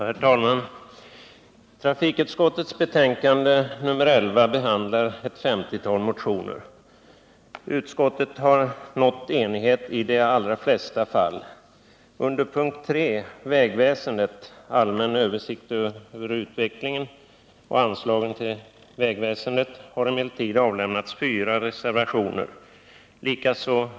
Herr talman! Trafikutskottets betänkande nr 11 behandlar ett 50-tal motioner. Utskottet har nått enighet i de allra flesta fall. Under punkten 3, Vägväsendet, allmän översikt över utvecklingen, anslagen till vägväsendet, har emellertid avlämnats fyra reservationer.